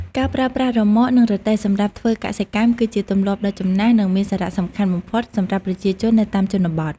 ការប្រើប្រាស់រ៉ឺម៉កនិងរទេះសម្រាប់ធ្វើកសិកម្មគឺជាទម្លាប់ដ៏ចំណាស់និងមានសារៈសំខាន់បំផុតសម្រាប់ប្រជាជននៅតាមជនបទ។